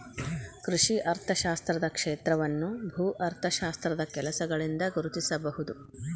ಕೃಷಿ ಅರ್ಥಶಾಸ್ತ್ರದ ಕ್ಷೇತ್ರವನ್ನು ಭೂ ಅರ್ಥಶಾಸ್ತ್ರದ ಕೆಲಸಗಳಿಂದ ಗುರುತಿಸಬಹುದು